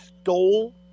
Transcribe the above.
stole